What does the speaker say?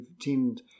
tend